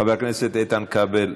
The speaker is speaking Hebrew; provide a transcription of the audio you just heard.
חבר הכנסת איתן כבל,